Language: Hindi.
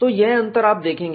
तो यह अंतर आप देखेंगे